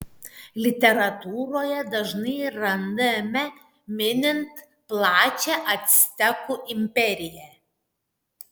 literatūroje dažnai randame minint plačią actekų imperiją